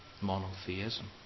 monotheism